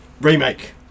remake